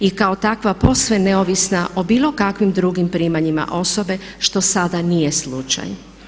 I kao takva posve neovisna o bilo kakvim drugim primanjima osobe što sada nije slučaj.